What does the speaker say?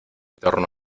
torno